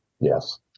Yes